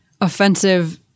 offensive